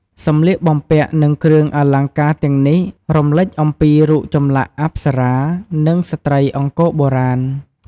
សម្លៀកបំំពាក់ និង គ្រឿងអលង្ការទាំងនេះរំលេចអំពីរូបចម្លាក់អប្សរា និងស្ត្រីអង្គរបុរាណ។